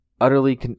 Utterly